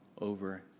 over